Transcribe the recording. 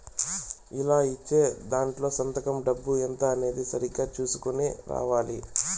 ఇలా ఇచ్చే దాంట్లో సంతకం డబ్బు ఎంత అనేది సరిగ్గా చుసుకొని రాయాలి